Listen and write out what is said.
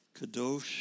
Kadosh